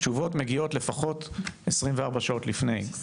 תשובות מגיעות לפחות 24 שעות לפני,